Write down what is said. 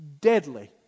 deadly